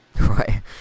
right